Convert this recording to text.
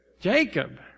Jacob